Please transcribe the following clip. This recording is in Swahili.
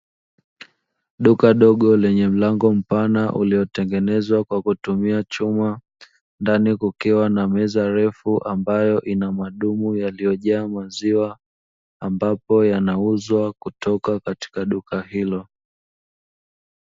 Duka dogo lenye mlango mpana uliotengenezwa kwa kutumia chuma, ndani kukiwa na meza refu ambayo ina madumu yaliyojaa maziwa, ambapo yanauzwa kutoka katika duka hilo.